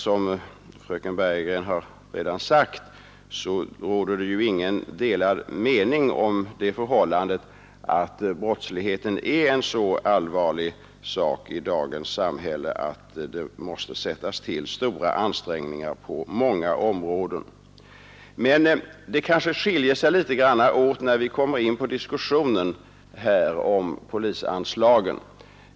Som fröken Bergegren redan sagt råder inga delade meningar om det förhållandet att brottsligheten är en så allvarlig sak i dagens samhälle att det måste sättas in stora ansträngningar på många områden. Men uppfattningarna kanske skiljer sig litet grand, när vi kommer in på diskussionen om polisanslagen.